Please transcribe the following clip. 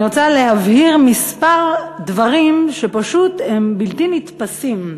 אני רוצה להבהיר כמה דברים שפשוט הם בלתי נתפסים,